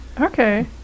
Okay